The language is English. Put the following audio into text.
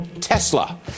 Tesla